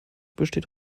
besteht